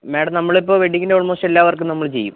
madam നമ്മളിപ്പോൾ വെഡ്ഡിങ്ങിന്റെ almost എല്ലാ വർക്കും നമ്മൾ ചെയ്യും